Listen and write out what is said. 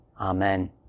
Amen